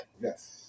Yes